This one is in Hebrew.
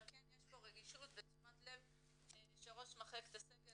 אבל כן יש פה רגישות ותשומת לב של ראש מחלקת הסגל